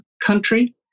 country